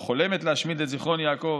או חולמת להשמיד את זיכרון יעקב,